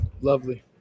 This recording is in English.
lovely